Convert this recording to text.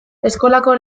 eskolako